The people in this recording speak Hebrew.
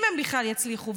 אם הם בכלל יצליחו.